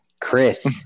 Chris